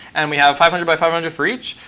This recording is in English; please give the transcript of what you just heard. and we have five hundred by five hundred for each,